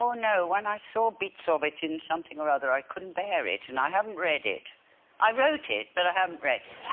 know when i saw bits of it in something or other. i couldn't bear it, and i haven't read it i wrote it, but i haven't read it